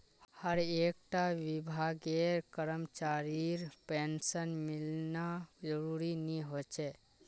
हर एक टा विभागेर करमचरीर पेंशन मिलना ज़रूरी नि होछे